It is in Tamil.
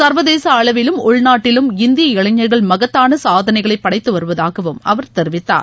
சர்வதேச அளவிலும் உள்நாட்டிலும் இந்திய இளைஞர்கள் மகத்தான சாதனைகளை படைத்து வருவதாகவும் அவர் தெரிவித்தார்